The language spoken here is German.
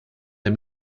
der